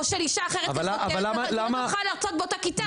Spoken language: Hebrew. או של אישה אחרת כחוקרת כי אנחנו לא נוכל להרצות באותה כיתה,